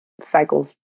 cycle's